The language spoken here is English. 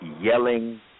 yelling